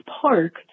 park